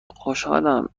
خوشحالم